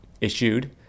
issued